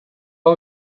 out